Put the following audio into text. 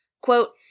Quote